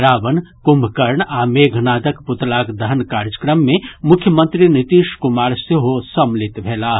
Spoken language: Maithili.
रावण कुम्भकर्ण आ मेघनादक पुतलाक दहन कार्यक्रम मे मुख्यमंत्री नीतीश कुमार सेहो सम्मिलित भेलाह